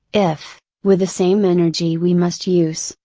if, with the same energy we must use,